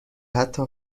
حتی